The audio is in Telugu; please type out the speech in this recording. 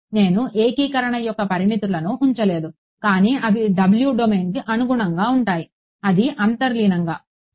నేను ఏకీకరణ యొక్క పరిమితులను ఉంచలేదు కానీ అవి w డొమైన్కు అనుగుణంగా ఉంటాయి అది అంతర్లీనంగా సరే